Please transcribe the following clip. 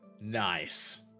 Nice